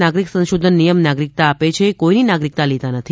નાગરિક સંશોધન નિયમ નાગરિકતા આપે છે કોઇની નાગરિકતા લેતા નથી